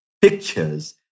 pictures